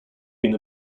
been